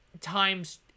times